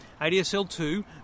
ADSL2